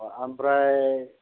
ओमफ्राय